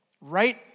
right